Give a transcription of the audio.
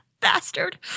bastard